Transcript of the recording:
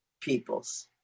peoples